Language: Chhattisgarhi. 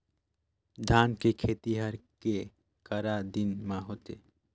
धान के खेती हर के करा दिन म होथे?